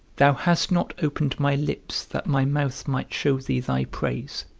thou hast not opened my lips that my mouth might show thee thy praise,